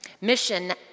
Mission